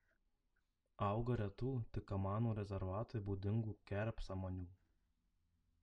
auga retų tik kamanų rezervatui būdingų kerpsamanių